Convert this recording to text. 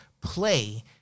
play